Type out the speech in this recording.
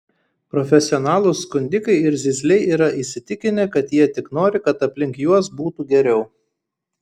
profesionalūs skundikai ir zyzliai yra įsitikinę kad jie tik nori kad aplink juos būtų geriau